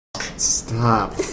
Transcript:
Stop